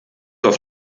auf